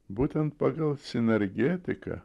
būtent pagal sinergetiką